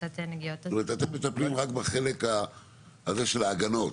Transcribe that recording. אומרת אתם מטפלים רק בחלק הזה של ההגנות.